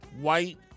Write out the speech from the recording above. White